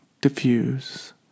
diffuse